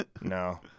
no